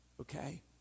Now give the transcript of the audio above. okay